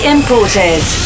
Imported